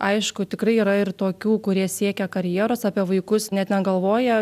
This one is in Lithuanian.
aišku tikrai yra ir tokių kurie siekia karjeros apie vaikus net negalvoja